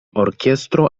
orkestro